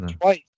twice